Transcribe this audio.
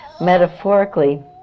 metaphorically